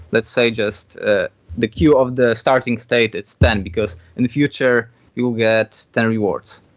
let's say just ah the q of the starting state, it's ten, because in the future it will get ten rewards.